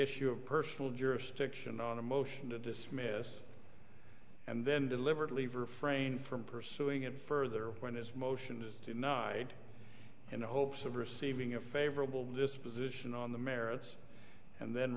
issue of personal jurisdiction on a motion to dismiss and then deliberately refrain from pursuing it further when his motion is denied in the hopes of receiving a favorable disposition on the merits and then